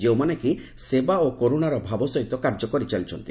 ଯେଉଁମାନେ କି ସେବା ଓ କରୁଣାର ଭାବ ସହିତ କାର୍ଯ୍ୟ କରିଚାଲିଛନ୍ତି